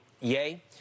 Yay